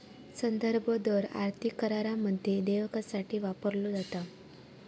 संदर्भ दर आर्थिक करारामध्ये देयकासाठी वापरलो जाता